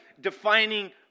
defining